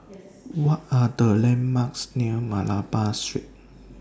What Are The landmarks near Malabar Street